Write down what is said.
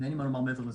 ואין מה לומר מעבר לזה.